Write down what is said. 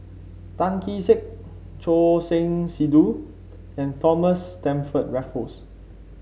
Tan Kee Sek Choor Singh Sidhu and Thomas Stamford Raffles